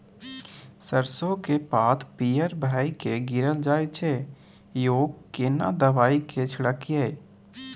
सरसो के पात पीयर भ के गीरल जाय छै यो केना दवाई के छिड़कीयई?